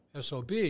sob